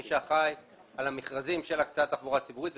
מי שאחראי על המכרזים של הקצאת תחבורה ציבורית,